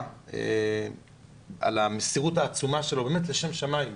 על המסירות העצומה של באמת לשם שמיים,